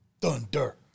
Thunder